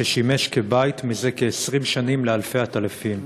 ששימש כבית זה כ-20 שנה לאלפי עטלפים.